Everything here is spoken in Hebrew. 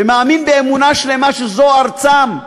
ומאמין באמונה שלמה שזו ארצנו,